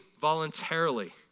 voluntarily